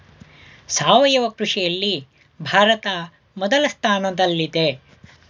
ಸಾವಯವ ಕೃಷಿಯಲ್ಲಿ ಭಾರತ ಮೊದಲ ಸ್ಥಾನದಲ್ಲಿದೆ